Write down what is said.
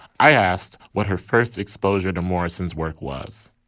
i asked what her first exposure to morrison's work was.